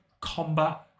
combat